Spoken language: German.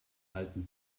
alten